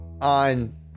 On